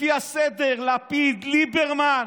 לפי הסדר, לפיד, ליברמן,